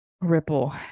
ripple